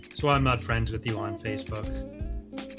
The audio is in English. why i'm not friends with you on facebook